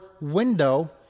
window